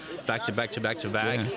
back-to-back-to-back-to-back